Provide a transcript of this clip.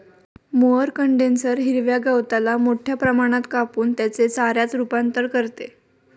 mower condenser हिरव्या गवताला मोठ्या प्रमाणात कापून त्याचे चाऱ्यात रूपांतर करते